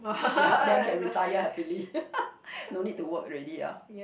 ya then I can retire happily no need to work already ah